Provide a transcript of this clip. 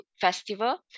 festival